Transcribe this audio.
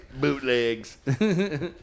bootlegs